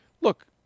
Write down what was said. look